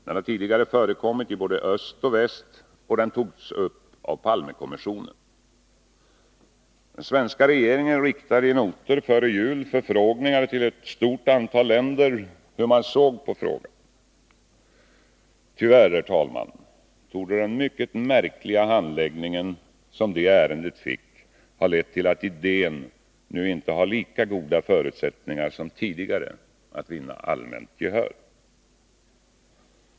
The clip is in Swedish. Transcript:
Den har tidigare förekommit i både öst och väst, och den togs upp av Palmekommissionen. Den svenska regeringen riktade i noter före jul förfrågningar till ett stort antal länder hur man såg på frågan. Tyvärr, herr talman, torde den mycket märkliga handläggning som det ärendet fick ha lett till att idén nu inte har lika goda förutsättningar som tidigare att vinna allmänt gehör.